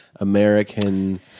American